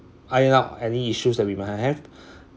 iron out any issues that we might have